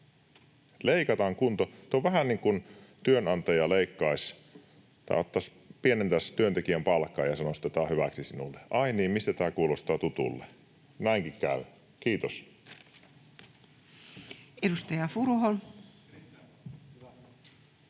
leikataan. Tuo on vähän niin kuin työnantaja leikkaisi tai pienentäisi työntekijän palkkaa ja sanoisi, että tämä on hyväksi sinulle. Ai niin, mistä tämä kuulostaa tutulle? Näinkin käy. — Kiitos. [Speech